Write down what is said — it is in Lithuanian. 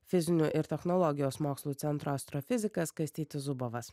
fizinių ir technologijos mokslų centro astrofizikas kastytis zubovas